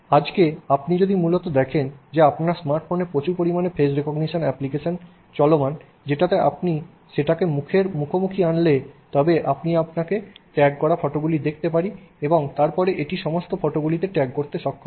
আজকে যদি আপনি মূলত দেখেন যে আপনার স্মার্টফোনে প্রচুর পরিমাণে ফেস রিকগনিশন অ্যাপ্লিকেশন চলমান যেটাতে আপনি সেটাকে মুখের মুখোমুখি আনলে তবে আমি আপনাকে ট্যাগ করা ফটোগুলি দেখতে পারি এবং তারপরে এটি সমস্ত ফটোগুলি ট্যাগ করতে সক্ষম হয়